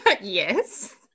Yes